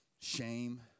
Shame